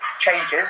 changes